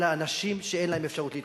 אלא אנשים שאין להם אפשרות להתקיים.